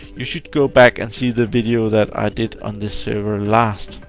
you should go back and see the video that i did on this server last.